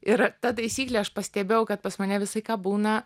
ir ta taisyklė aš pastebėjau kad pas mane visą laiką būna